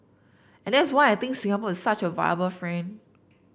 and that's why I think Singapore is such a viable friend